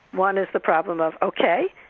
one is the problem of ok,